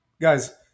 Guys